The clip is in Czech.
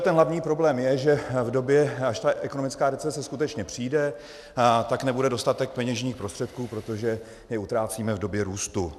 Ten hlavní problém je, že v době, až ta ekonomická recese skutečně přijde, nebude dostatek peněžních prostředků, protože je utrácíme v době růstu.